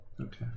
Okay